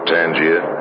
Tangier